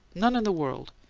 none in the world!